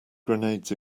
grenades